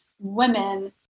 women